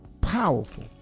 powerful